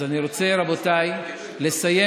אז אני רוצה, רבותיי, לסיים